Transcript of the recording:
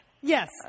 Yes